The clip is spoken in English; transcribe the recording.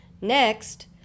Next